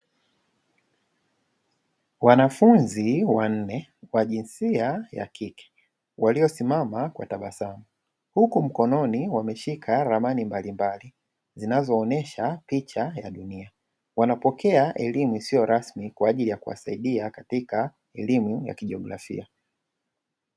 Wanafunzi wanne wa jinsia ya kike, waliosimama kwa tabasamu huku mkononi wameshika ramani mbalimbali zinazoonesha picha ya dunia. Wanapokea elimu isiyo rasmi kwa ajili ya kuwasaidia katika elimu ya kijiografia.